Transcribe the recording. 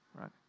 Right